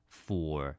four